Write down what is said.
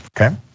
Okay